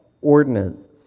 ordinance